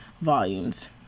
volumes